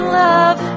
love